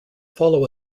follow